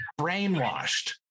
brainwashed